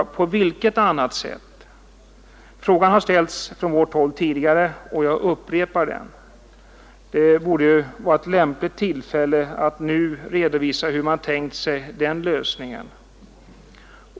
Vilket annat sätt? Frågan har ställts från vårt håll tidigare och jag upprepar den. Det borde vara ett lämpligt tillfälle att nu redovisa hur man har tänkt sig den lösningen.